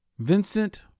Vincent